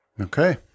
Okay